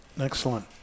Excellent